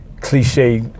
cliche